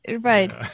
right